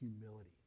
humility